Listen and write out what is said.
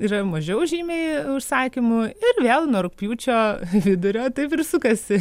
yra mažiau žymiai užsakymų ir vėl nuo rugpjūčio vidurio taip ir sukasi